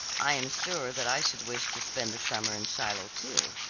i am sure that i should wish to spend the summer in shiloh, too.